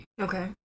Okay